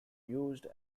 used